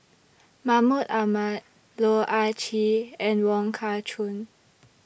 Mahmud Ahmad Loh Ah Chee and Wong Kah Chun